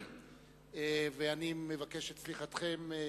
ואני מבקש את סליחתכם.